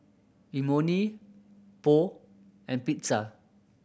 Imoni Pho and Pizza